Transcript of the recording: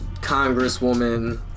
congresswoman